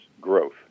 growth